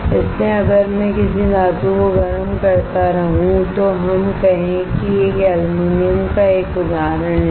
इसलिए अगर मैं किसी धातु को गर्म करता रहूं तो हम कहें कि एल्यूमीनियम का एक उदाहरण लें